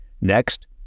Next